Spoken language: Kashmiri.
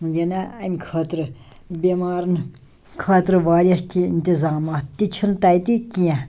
یہِ نا اَمہِ خٲطرٕ بیٚمارَن خٲطرٕ واریاہ کیٚنٛہہ اِنتِظامات تہِ چھُنہٕ تتہِ کیٚنٛہہ